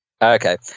Okay